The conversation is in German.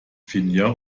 finja